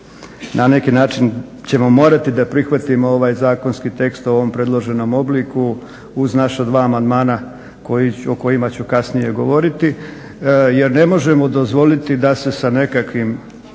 na neki način ćemo morati da prihvatimo ovaj zakonski tekst o ovom predloženom obliku uz naša dva amandmana o kojima ću kasnije govoriti. Jer ne možemo dozvoliti da se sa nekakvim